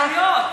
רשאיות,